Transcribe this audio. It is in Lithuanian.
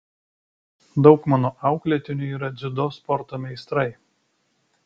daug mano auklėtinių yra dziudo sporto meistrai